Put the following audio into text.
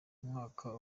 umwaka